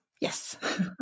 yes